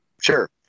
Sure